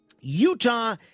Utah